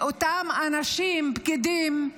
מאותם אנשים, פקידים,